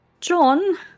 John